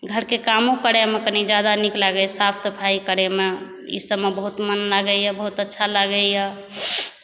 घरकेँ कामो करैमे कनि ज्यादा नीक लागैया साफ सफाई करैमे ई सभमे बहुत मन लागैया बहुत अच्छा लागैया